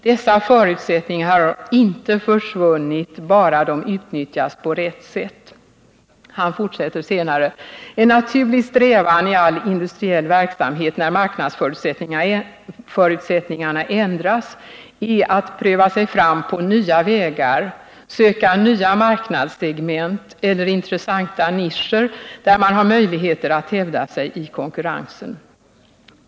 Dessa förutsättningar har inte försvunnit, bara de utnyttjas på rätt sätt.” Han fortsätter senare: ”En naturlig strävan i all industriell verksamhet när marknadsförutsättningarna ändras är att pröva sig fram på nya vägar, söka nya marknadssegment eller intressanta nischer där man har möjligheter att hävda sig i konkurrensen.